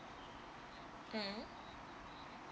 mm